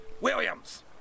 Williams